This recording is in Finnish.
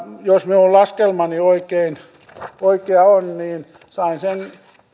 jos minun laskelmani oikea on niin sain sen